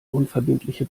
unverbindliche